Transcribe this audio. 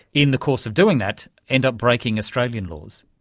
in the course of doing that, end up breaking australian laws?